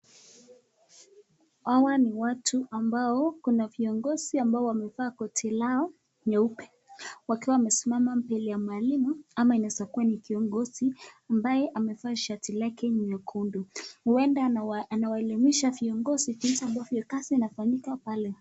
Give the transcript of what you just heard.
Hawa ni watu ambao, kuna viongozi ambao wamevaa koti lao nyeupe wakiwa wamesimama mbele ya mwalimu ama inaweza kuwa ni kiongozi ambaye amevaa shati lake nyekundu. Huenda anawaelimisha viongozi jinsi ambavyo kazi inafanyika pale.